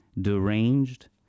deranged